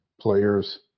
players